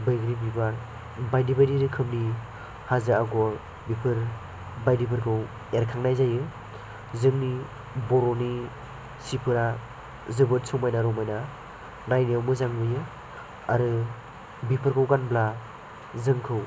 बैग्रि बिबार बायदि बायदि रोखोमनि हाजो आगर बेफोर बायदिफोरखौ एरखांनाय जायो जोंनि बर'नि सिफोरा जोबोद समायना रमायना नायनो मोजां नुयो आरो बेफोरखौ गानब्ला जोंखौ